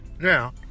now